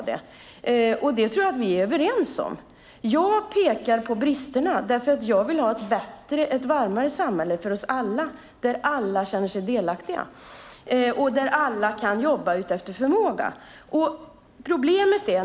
Det tror jag att vi är överens om. Jag pekar på bristerna för att jag vill ha ett varmare samhälle för oss alla, ett samhälle där alla känner sig delaktiga och där alla kan jobba efter förmåga.